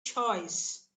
choice